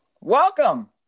Welcome